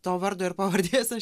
to vardo ir pavardės aš